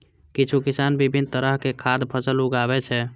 किछु किसान विभिन्न तरहक खाद्य फसल उगाबै छै